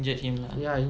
injure him lah